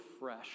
fresh